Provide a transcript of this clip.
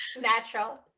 natural